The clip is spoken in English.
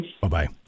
Bye-bye